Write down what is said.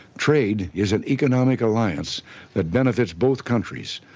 trade is an economic alliance that benefits both countries.